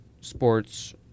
sports